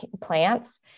plants